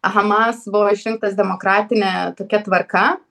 hamas buvo išrinktas demokratine tokia tvarka